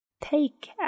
Take